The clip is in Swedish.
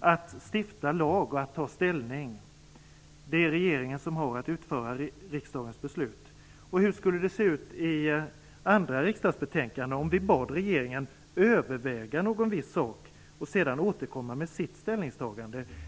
att stifta lag och att ta ställning. Det är regeringen som har att utföra riksdagens beslut. Hur skulle det se ut i andra riksdagsbetänkanden om vi bad regeringen överväga någon viss sak och sedan återkomma med sitt ställningstagande?